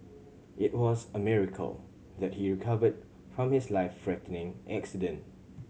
it was a miracle that he recovered from his life threatening accident